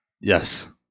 Yes